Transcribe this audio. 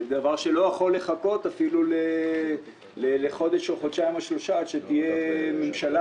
זה דבר שלא יכול לחכות אפילו לחודשיים-שלושה עד שתהיה ממשלה,